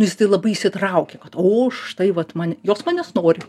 jisai labai įsitraukia vat o štai vat man jos manęs nori